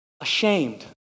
ashamed